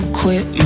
quit